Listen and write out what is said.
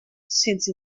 since